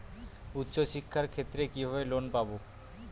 উচ্চশিক্ষার ক্ষেত্রে কিভাবে লোন পাব?